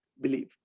believe